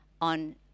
on